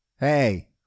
Hey